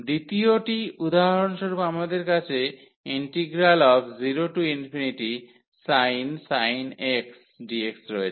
দ্বিতীয়টি উদাহরণস্বরূপ আমাদের কাছে 0sin x dx রয়েছে